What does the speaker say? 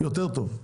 יותר טוב.